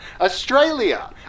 Australia